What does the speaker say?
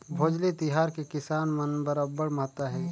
भोजली तिहार के किसान मन बर अब्बड़ महत्ता हे